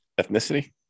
Ethnicity